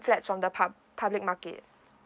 flats on the pub~ public market